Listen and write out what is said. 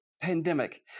pandemic